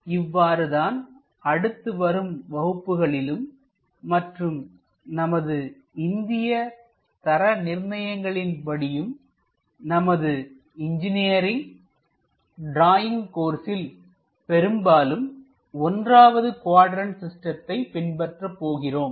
இவ்வாறு தான் அடுத்து வரும் வகுப்புகளிலும் மற்றும் நமது இந்திய தர நிர்ணயங்களின்படியும் நமது இன்ஜினியரிங் டிராயிங் கோர்ஸில்பெரும்பாலும் 1வது குவாட்ரண்ட் சிஸ்டத்தைப் பின்பற்ற போகிறோம்